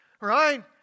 Right